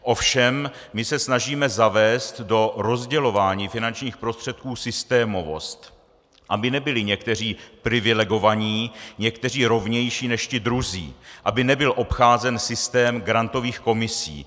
Ovšem my se snažíme zavést do rozdělování finančních prostředků systémovost, aby nebyli někteří privilegovaní, někteří rovnější než ti druzí, aby nebyl obcházen systém grantových komisí.